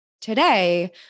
Today